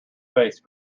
face